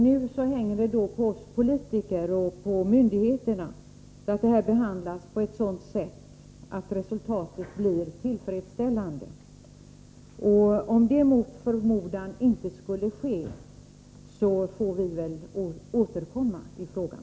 Nu hänger det på oss politiker och på myndigheterna att saken behandlas på ett sådant sätt att resultatet blir tillfredsställande. Om det mot förmodan inte skulle ske får vi väl återkomma i frågan.